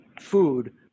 food